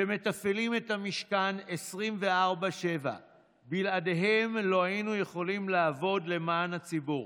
שמתפעלים את המשכן 24/7. בלעדיהם לא היינו לא יכולים לעבוד למען הציבור.